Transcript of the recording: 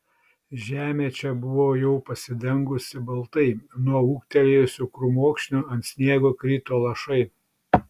žemė čia buvo jau pasidengusi baltai nuo ūgtelėjusių krūmokšnių ant sniego krito lašai